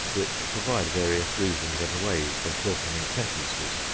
which provide various reasons and ways for shortening sentences,